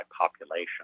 population